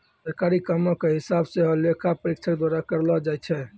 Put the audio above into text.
सरकारी कामो के हिसाब सेहो लेखा परीक्षक द्वारा करलो जाय छै